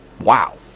Wow